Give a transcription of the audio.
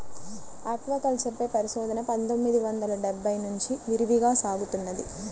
aquaculture పై పరిశోధన పందొమ్మిది వందల డెబ్బై నుంచి విరివిగా సాగుతున్నది